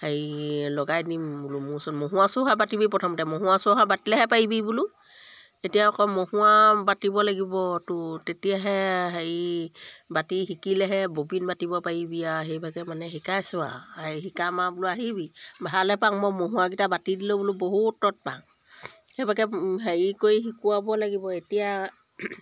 হেৰি লগাই দিম বোলো মোৰ চব মহুৰা চুহুৰা বাতিবি প্ৰথমতে মহুৰা চহুৰা বাতিলেহে পাৰিবি বোলো এতিয়া আকৌ মহুৰা বাতিব লাগিব তোৰ তেতিয়াহে হেৰি বাতি শিকিলেহে ববিন বাতিব পাৰিবি আৰু সেইভাগে মানে শিকাইছোঁ আৰু সেই শিকাম আৰু বোলো আহিবি ভালহে পাম মই মহুৰাকেইটা বাতি দিলে বোলো বহুত তত পাওঁ সেইভাগে হেৰি কৰি শিকোৱাব লাগিব এতিয়া